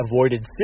avoided